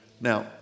Now